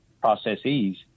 processes